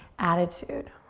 attitude.